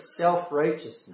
self-righteousness